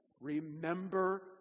remember